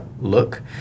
look